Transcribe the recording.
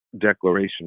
declaration